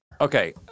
Okay